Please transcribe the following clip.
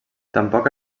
tampoc